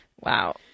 Wow